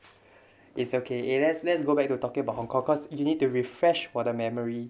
it's okay eh let's let's go back to talking about hong-kong because you need to refresh 我的 memory